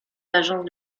agences